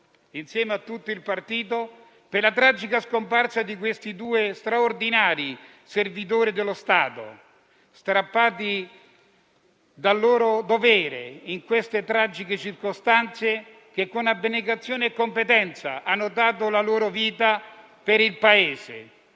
insieme a tutto il partito, per la tragica scomparsa di questi due straordinari servitori dello Stato, strappati dal loro dovere in queste tragiche circostanze, i quali hanno dato la loro vita per il Paese